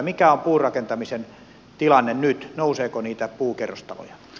mikä on puurakentamisen tilanne nyt nouseeko niitä puukerrostaloja